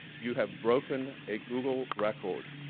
you have broken a google record.